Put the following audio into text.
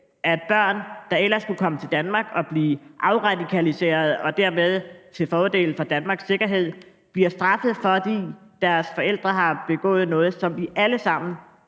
at børn, der ellers kunne komme til Danmark og blive afradikaliseret og dermed være til fordel for Danmarks sikkerhed, bliver straffet, fordi deres forældre har begået noget, som vi alle sammen